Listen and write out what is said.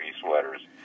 sweaters